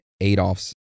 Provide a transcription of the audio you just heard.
Adolf's